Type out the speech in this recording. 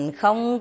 không